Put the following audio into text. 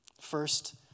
First